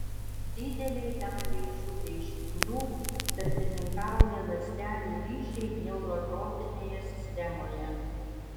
didelei daliai šių reiškinių tarpininkauja ląstelių ryšiai neurotrofinėje sistemoje